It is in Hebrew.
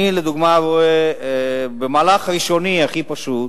אני, לדוגמה, רואה במהלך ראשוני, הכי פשוט